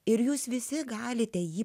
ir jūs visi galite jį